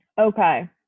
Okay